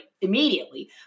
immediately